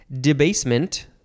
Debasement